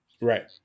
Right